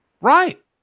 Right